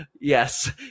yes